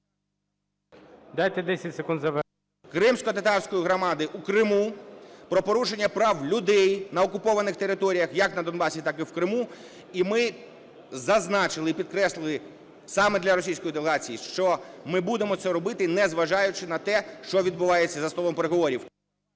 Дайте 10 секунд завершити. ПОТУРАЄВ М.Р. Кримськотатарської громади в Криму, про порушення прав людей на окупованих територіях як на Донбасі, так і в Криму. Іі ми зазначили, і підкреслили саме для російської делегації, що ми будемо це робити, незважаючи на те, що відбувається за столом переговорів.